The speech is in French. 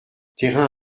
terrain